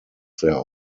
their